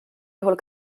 juhul